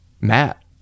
Matt